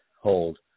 hold